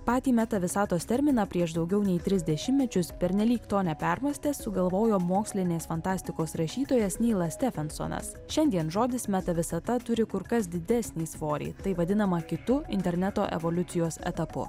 patį meta visatos terminą prieš daugiau nei tris dešimtmečius pernelyg to nepermąstęs sugalvojo mokslinės fantastikos rašytojas nilas stefensonas šiandien žodis meta visata turi kur kas didesnį svorį tai vadinama kitu interneto evoliucijos etapu